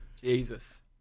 Jesus